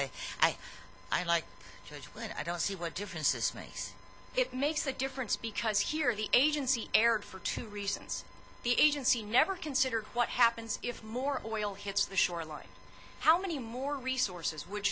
i i i like it when i don't see what difference is face it makes the difference because here the agency aired for two reasons the agency never consider what happens if more oil hits the shoreline how many more resources w